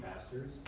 pastors